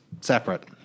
Separate